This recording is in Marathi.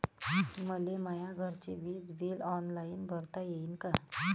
मले माया घरचे विज बिल ऑनलाईन भरता येईन का?